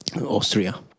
Austria